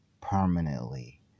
permanently